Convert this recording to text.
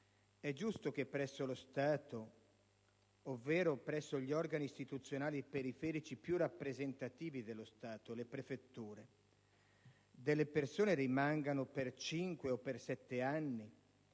è giusto che presso lo Stato, ovvero presso gli organi istituzionali periferici più rappresentativi dello Stato, le prefetture, alcune persone rimangano per cinque o per sette anni